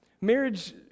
Marriage